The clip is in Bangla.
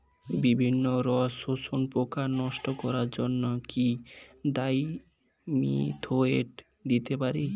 বিভিন্ন রস শোষক পোকা নষ্ট করার জন্য কি ডাইমিথোয়েট দিতে পারি?